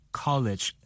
college